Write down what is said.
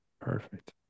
perfect